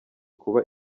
kuba